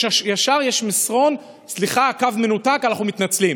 ישר יש מסרון: סליחה, הקו מנותק, אנחנו מתנצלים.